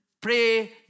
pray